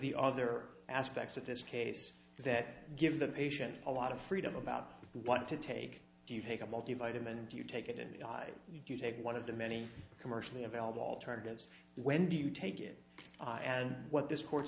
the other aspects of this case that give the patient a lot of freedom about what to take do you take a multi vitamin and you take it and you take one of the many commercially available alternatives when do you take it and what this court